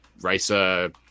racer